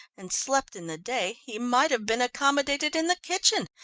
and slept in the day, he might have been accommodated in the kitchen,